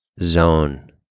zone